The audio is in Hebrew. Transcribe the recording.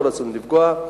לא רצינו לפגוע.